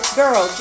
girl